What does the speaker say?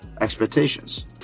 expectations